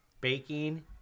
baking